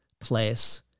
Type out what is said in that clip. place